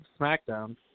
SmackDown